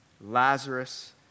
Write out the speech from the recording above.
Lazarus